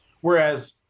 Whereas